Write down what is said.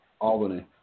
Albany